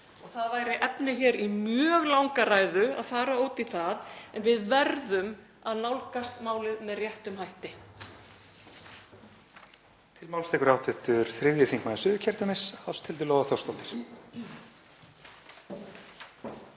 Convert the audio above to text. Það væri efni í mjög langa ræðu að fara út í það, en við verðum að nálgast málið með réttum hætti.